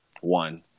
one